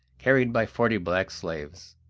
carried by forty black slaves,